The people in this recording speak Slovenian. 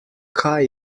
kaj